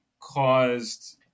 caused